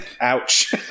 ouch